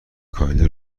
کایلا